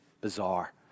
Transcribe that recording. bizarre